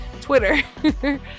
Twitter